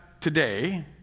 today